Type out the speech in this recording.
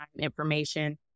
information